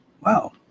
Wow